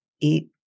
eat